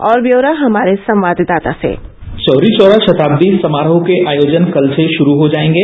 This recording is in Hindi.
और ब्यौरा हमारे संवाददाता से चौरी चौरा शताब्दी समारोह के आयोजन कल से शुरू हो जाएंगे